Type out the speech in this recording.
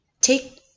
Take